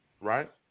Right